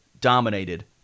dominated